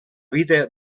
vida